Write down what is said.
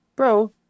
bro